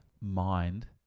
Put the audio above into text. mind